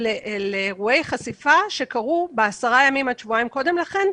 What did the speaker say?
לאירועי חשיפה שקרו בעשרה ימים עד שבועיים קודם לכן,